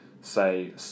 say